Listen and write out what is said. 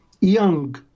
young